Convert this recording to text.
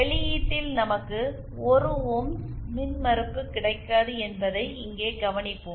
வெளியீட்டில் நமக்கு 1 ஓம்ஸ் மின்மறுப்பு கிடைக்காது என்பதை இங்கே கவனிப்போம்